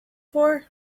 for